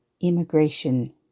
Immigration